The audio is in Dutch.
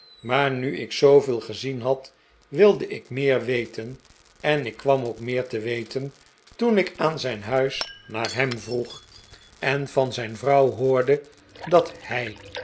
maar nu ik zooveel gezien had wilde ik meer weten en ik kwam ook meer te weten toen ik aan zijn huis naar hem vroeg en van zijn vrouw hoorde dat hij